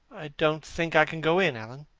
don't think i can go in, alan,